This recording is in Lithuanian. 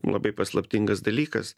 labai paslaptingas dalykas